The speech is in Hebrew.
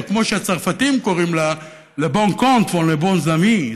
כמו שהצרפתים קוראים לה: Les bons comptes font les bons amis,